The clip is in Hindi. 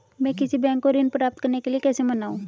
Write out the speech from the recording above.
मैं किसी बैंक को ऋण प्राप्त करने के लिए कैसे मनाऊं?